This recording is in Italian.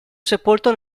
sepolto